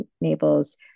enables